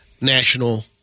National